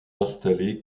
installés